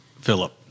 philip